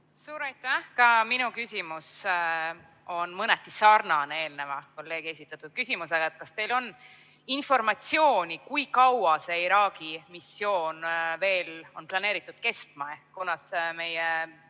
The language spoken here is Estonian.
aitäh! Ka minu küsimus on mõneti sarnane eelneva, kolleegi esitatud küsimusega. Kas teil on informatsiooni, kui kaua see Iraagi missioon veel on planeeritud kestma ehk kunas meie